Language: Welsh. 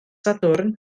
sadwrn